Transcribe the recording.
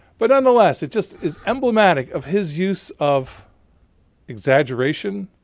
but nonetheless it just is emblematic of his use of exaggeration,